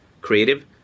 creative